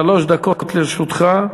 שלוש דקות לרשותך.